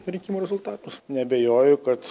rinkimų rezultatus neabejoju kad